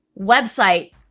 website